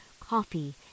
coffee